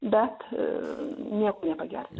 bet nieko nepagerino